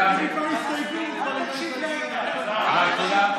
זה כבר הסתייגות, כבר,